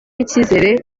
icyizere